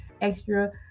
extra